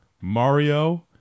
Mario